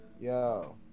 Yo